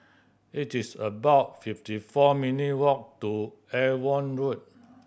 it is about fifty four minute walk to Avon Road